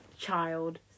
child